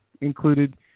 included